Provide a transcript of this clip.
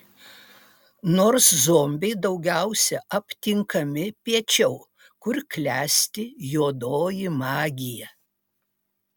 nors zombiai daugiausiai aptinkami piečiau kur klesti juodoji magija